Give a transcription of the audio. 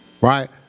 right